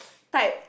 type